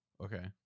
okay